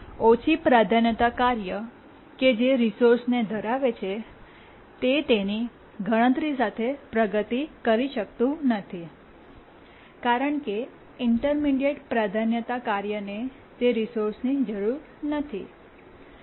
ઓછી પ્રાધાન્યતા કાર્ય કે જે રિસોર્સને ધરાવે છે તે તેની ગણતરી સાથે પ્રગતિ કરી શકતું નથી કારણ કે ઇન્ટર્મીડિએટ્ પ્રાધાન્યતા કાર્યને તે જ રિસોર્સ ની જરૂર નથી